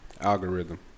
Algorithm